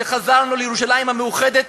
שחזרנו לירושלים המאוחדת.